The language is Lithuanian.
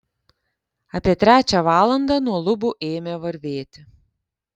apie trečią valandą nuo lubų ėmė varvėti